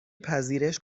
پذیرش